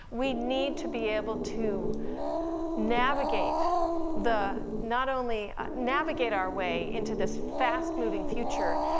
we need to be able to navigate the, not only navigate our way into this fast-moving future,